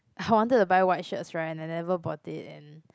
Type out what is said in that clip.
I wanted to buy white shirts right and I never bought it and